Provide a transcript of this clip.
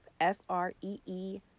F-R-E-E